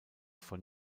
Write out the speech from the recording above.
von